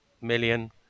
million